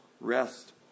rest